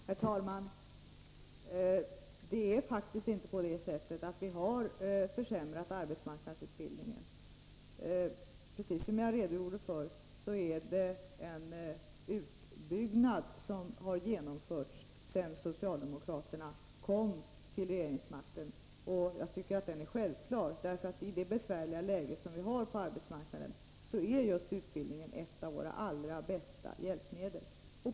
Herr talman! Vi har faktiskt inte försämrat arbetsmarknadsutbildningen. Som jag redogjorde för är det en utbyggnad som har genomförts sedan socialdemokraterna kom till regeringsmakten. Jag tycker att den är självklar. I det besvärliga läge vi har på arbetsmarknaden är utbildning ett av våra allra bästa hjälpmedel.